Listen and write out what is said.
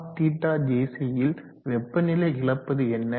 Rθjc ல் வெப்பநிலை இழப்பது என்ன